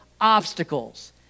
obstacles